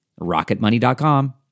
RocketMoney.com